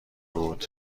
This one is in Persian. بود